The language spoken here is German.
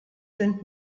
sind